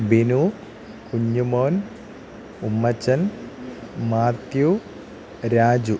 Binu Kunjumon Ummachan Mathew Raju